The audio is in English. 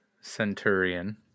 centurion